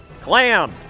Clam